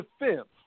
defense